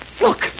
Look